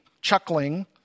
chuckling